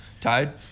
Tied